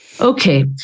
okay